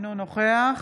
אינו נוכח